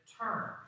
turn